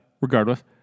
regardless